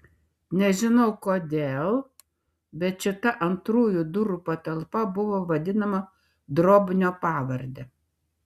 nežinau kodėl bet šita antrųjų durų patalpa buvo vadinama drobnio pavarde